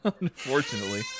unfortunately